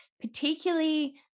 particularly